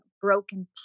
broken